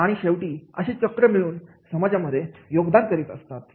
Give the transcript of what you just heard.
आणि शेवटी अशी चक्र मिळवून समाजामध्ये योगदान करीत असतात